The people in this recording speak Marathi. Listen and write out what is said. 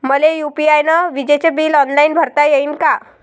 मले यू.पी.आय न विजेचे बिल ऑनलाईन भरता येईन का?